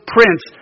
Prince